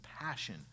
passion